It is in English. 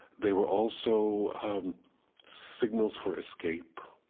they were also signals for escape